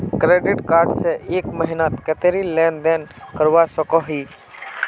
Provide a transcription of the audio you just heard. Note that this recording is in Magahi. क्रेडिट कार्ड से एक महीनात कतेरी लेन देन करवा सकोहो ही?